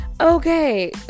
okay